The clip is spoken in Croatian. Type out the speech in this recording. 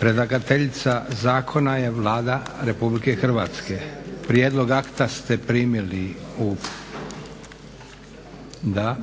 Predlagateljica zakona je Vlada Republike Hrvatske. Prijedlog akta ste primili u, da.